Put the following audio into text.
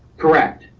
correct,